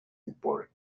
important